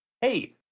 hey